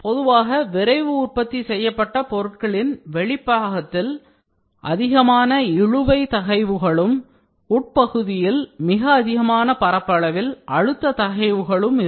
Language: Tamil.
பொதுவாக விரைவு உற்பத்தி செய்யப்பட்ட பொருட்களின் வெளிப்பக்கத்தில் அதிகமான இழுவை தகைவுகளும் உட்பகுதியில் மிக அதிகமான பரப்பளவில் அழுத்த தகைவுகளும் இருக்கும்